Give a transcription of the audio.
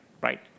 right